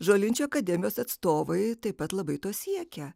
žolinčių akademijos atstovai taip pat labai to siekia